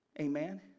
Amen